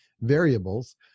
variables